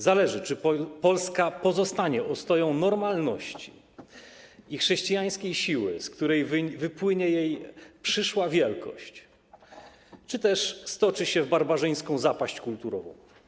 Zależy, czy Polska pozostanie ostoją normalności i chrześcijańskiej siły, z której wypłynie jej przyszła wielkość, czy też stoczy się w barbarzyńską zapaść kulturową.